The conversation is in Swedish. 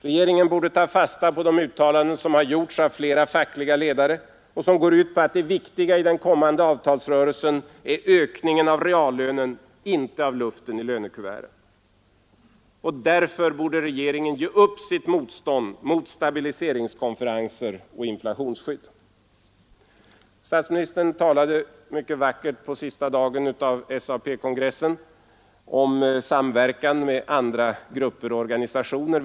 Regeringen borde ta fasta på de uttalanden som gjorts av flera fackliga ledare och som går ut på att det viktiga i den kommande avtalsrörelsen är ökningen av reallönen, inte av luften i lönekuverten. Därför borde regeringen ge upp sitt motstånd mot stabiliseringskonferenser och inflationsskydd. På sista dagen av SA P-kongressen talade statsministern mycket vackert om samverkan med andra grupper och organisationer.